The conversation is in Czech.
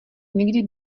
někdy